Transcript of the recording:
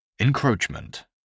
Encroachment